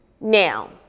Now